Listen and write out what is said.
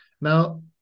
Now